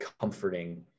comforting